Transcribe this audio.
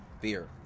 beer